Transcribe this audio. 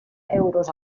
euros